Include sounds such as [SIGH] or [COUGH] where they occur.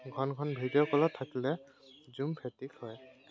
ঘন ঘন ভিডিঅ' কলত থাকিলে জুম [UNINTELLIGIBLE] হয়